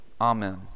amen